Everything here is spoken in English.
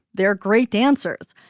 they're great dancers.